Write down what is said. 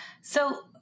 So-